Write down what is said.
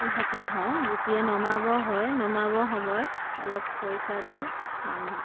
ঢাকি থওঁ যেতিয়া নমাবৰ হয় নমাবৰ সময়ত অলপ খৰিচা দি নমাওঁ